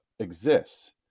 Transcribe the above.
exists